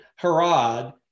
Harad